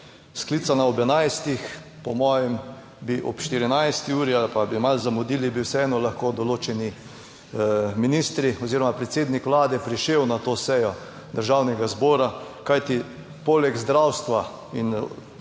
sklicana ob 11. po mojem bi ob 14. uri ali pa bi malo zamudili, bi vseeno lahko določeni ministri oziroma predsednik Vlade prišel na to sejo Državnega zbora. Kajti poleg zdravstva in